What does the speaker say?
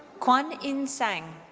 kwan in tseng.